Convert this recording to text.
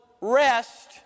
rest